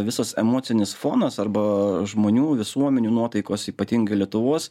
visas emocinis fonas arba žmonių visuomenių nuotaikos ypatingai lietuvos